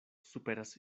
superas